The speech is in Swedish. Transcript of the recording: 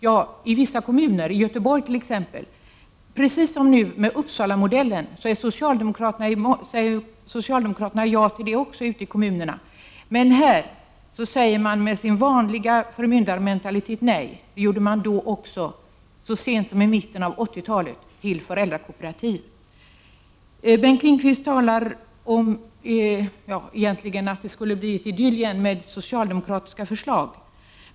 Ja, i vissa kommuner, t.ex. Göteborg. Upp salamodellen säger socialdemokraterna nu också ja till ute i kommunerna. Men här säger man med sin vanliga förmyndarmentalitet nej. Det sade man också så sent som i mitten av 80-talet till föräldrakooperativ. Bengt Lindqvist talar om att det egentligen skulle bli Idyllien med socialdemokratiska förslag.